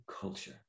culture